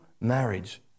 marriage